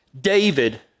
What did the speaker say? David